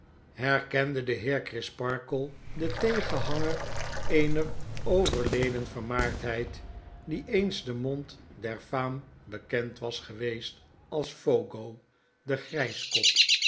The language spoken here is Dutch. herkende de heer crisparkle den tegenhanger eener overleden vermaardheid die eens in den mond der faam bekend was geweest als fogo de grgskop